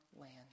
land